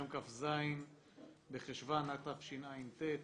היום כ"ז בחשוון, התשע"ט,